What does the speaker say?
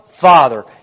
Father